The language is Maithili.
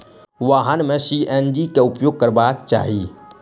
वाहन में सी.एन.जी के उपयोग करबाक चाही